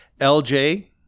LJ